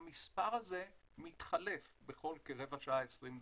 והמספר הזה מתחלף כל רבע שעה, 20 דקות.